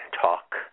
talk